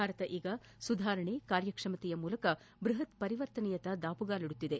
ಭಾರತ ಈಗ ಸುಧಾರಣೆ ಕಾರ್ಯಕ್ಷಮತೆಯ ಮೂಲಕ ಬೃಹತ್ ಪರಿವರ್ತನೆಯತ್ತ ದಾಪುಗಾಲಿಡುತ್ತಿದೆ